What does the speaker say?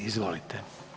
Izvolite.